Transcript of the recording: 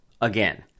Again